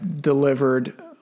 delivered